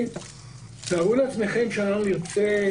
תארו לעצמכם שאנחנו נרצה